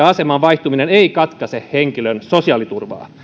aseman vaihtuminen ei katkaise henkilön sosiaaliturvaa